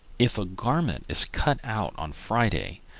if a garment is cut out on friday,